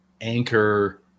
anchor